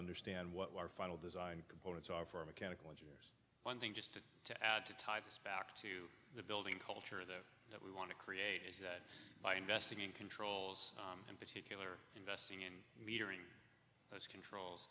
understand what our final design components are for mechanical engineers one thing just to add to tie this back to the building culture that we want to create is that by investing in controls in particular investing in metering those controls